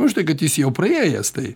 už tai kad jis jau praėjęs tai